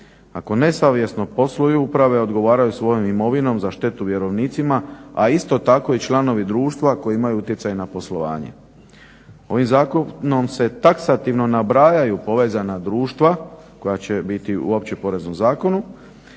Ako nesavjesno posluju uprave odgovaraju svojom imovinom za štetu vjerovnicima, a isto tako i članovi društva koji imaju utjecaj na poslovanje. Ovim Zakonom se taksativno nabrajaju povezana društva koja će biti u Općem poreznom zakonu.